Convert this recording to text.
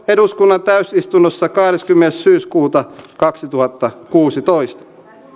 eduskunnan täysistunnossa kahdeskymmenes syyskuuta kaksituhattakuusitoista